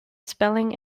spelling